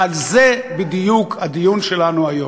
ועל זה בדיוק הדיון שלנו היום.